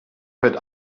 heute